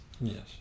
Yes